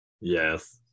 yes